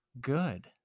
good